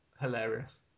hilarious